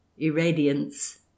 irradiance